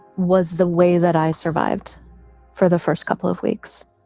was the way that i survived for the first couple of weeks